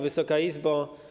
Wysoka Izbo!